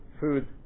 food